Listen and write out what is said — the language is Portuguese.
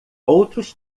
outros